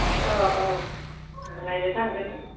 अ अ नायनो थांगोन